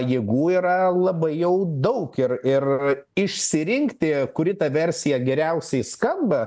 jėgų yra labai jau daug ir ir išsirinkti kuri ta versija geriausiai skamba